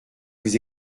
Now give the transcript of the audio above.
vous